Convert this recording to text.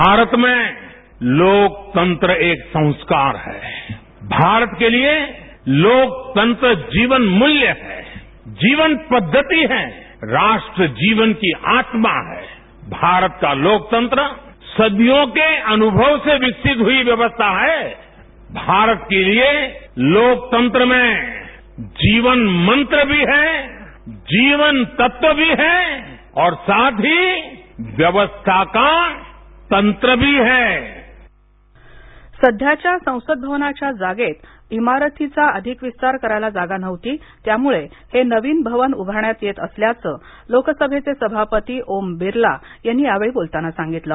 भारत में लोकतंत्र एक संस्कार है भारत के लिए लोकतंत्र जीवनमूल्य है जीवन पद्धति है राष्ट्र जीवन की आत्मा है भारत का लोकतंत्र सदियों के अनुभवसे विकसित हुई व्यवस्था है भारत के लिए लोकतंत्र में जीवन मंत्र भी है जीवन तत्व भी है और साथ ही व्यवस्था का तंत्र भी है सध्याच्या संसद भवनाच्या जागेत इमारतींचा अधिक विस्तार करायला जागा नव्हती त्यामुळे हे नवीन भवन उभारण्यात येत असल्याच लोकसभेचे सभापती ओम बिर्ला यांनी यावेळी बोलताना सांगितल